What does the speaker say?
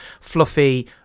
fluffy